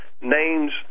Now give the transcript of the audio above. names